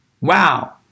Wow